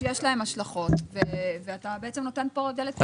לחוק יש השלכות ואתה בעצם נותן כאן דלת פתוחה.